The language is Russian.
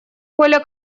коля